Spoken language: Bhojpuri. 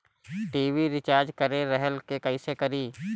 टी.वी रिचार्ज करे के रहल ह कइसे करी?